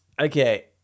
Okay